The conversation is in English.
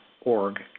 org